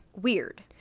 weird